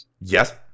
yes